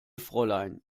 fräulein